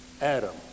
Adam